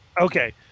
Okay